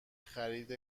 خرید